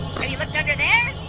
have you looked under there?